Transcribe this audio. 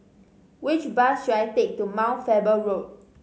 which bus should I take to Mount Faber Road